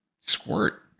Squirt